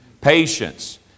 Patience